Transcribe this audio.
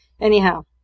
Anyhow